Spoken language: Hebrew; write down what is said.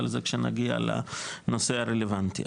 אבל זה שכשנגיע לנושא הרלבנטי.